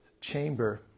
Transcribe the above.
chamber